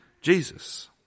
Jesus